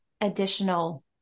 additional